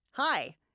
Hi